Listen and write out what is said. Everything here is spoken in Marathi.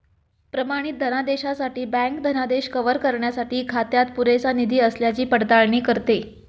प्रमाणित धनादेशासाठी बँक धनादेश कव्हर करण्यासाठी खात्यात पुरेसा निधी असल्याची पडताळणी करते